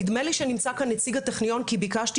נדמה לי שנמצא כאן נציג הטכניון כי ביקשתי